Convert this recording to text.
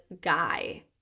guy